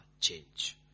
change